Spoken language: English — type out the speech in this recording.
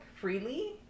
freely